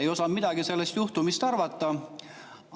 Ei osanud midagi sellest juhtumist arvata.